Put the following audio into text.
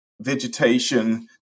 vegetation